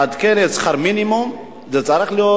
לעדכן את שכר המינימום, זה צריך להיות